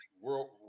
world